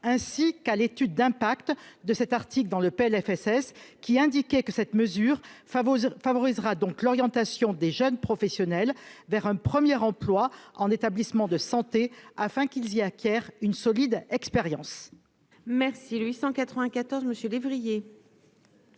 ainsi qu'à l'étude d'impact de cet article dans le PLFSS qui indiquait que cette mesure favorise favorisera donc l'orientation des jeunes professionnels vers un premier emploi en établissement de santé afin qu'ils y acquièrent une solide expérience.